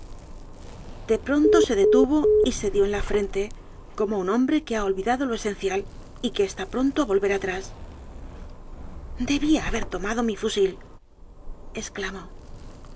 de pronto se detuvo y se dió en la frente como un hombre que ha olvidado lo esencial y que está pronto á volver atrás debia haber tomado mi fusil